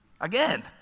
Again